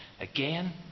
Again